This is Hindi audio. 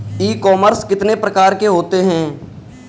ई कॉमर्स कितने प्रकार के होते हैं?